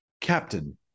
Captain